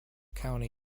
county